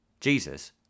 Jesus